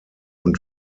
und